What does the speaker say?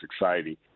exciting